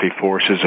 forces